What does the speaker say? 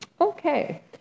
okay